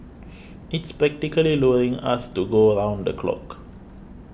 it's practically luring us to go round the clock